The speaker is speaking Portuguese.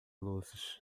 luzes